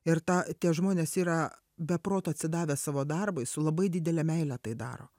ir tą tie žmonės yra be proto atsidavę savo darbui su labai didele meile tai daro